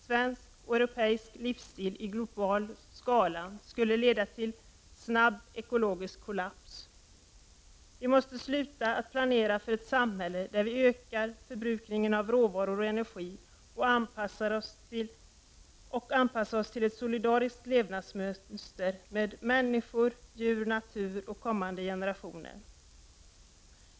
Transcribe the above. Svensk och europeisk livsstil skulle i global skala leda till snabb ekologisk kollaps. Vi måste sluta planera för ett samhälle där vi ökar förbrukningen av råvaror och energi och i stället anpassa oss till ett solidariskt levnadsmönster med människor, djur, natur och kommande generationer.